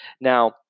Now